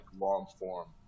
long-form